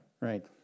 Right